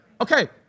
Okay